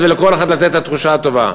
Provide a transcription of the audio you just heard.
ולכל אחד לתת את התחושה הטובה.